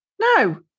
No